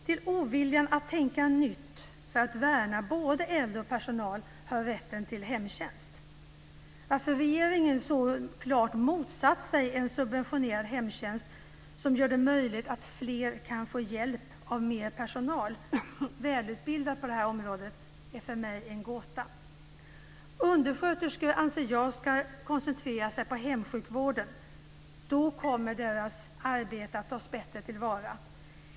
Till oviljan att tänka nytt för att värna både äldre och personal hör rätten till hemtjänst. Varför regeringen så klart motsatt sig en subventionerad hemtjänst, som gör det möjligt för fler att få hjälp av mer personal - välutbildad på området - är för mig en gåta. Undersköterskor anser jag ska koncentrera sig på hemsjukvården. Då kommer deras arbete att bättre tas till vara.